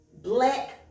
black